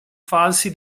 falsi